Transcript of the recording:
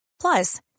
Plus